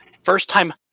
first-time